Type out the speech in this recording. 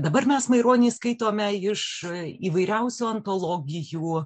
dabar mes maironį skaitome iš įvairiausių ontologijų